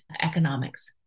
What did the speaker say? economics